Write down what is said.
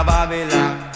Babylon